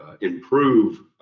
improve